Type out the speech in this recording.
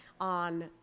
on